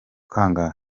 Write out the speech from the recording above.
kangahe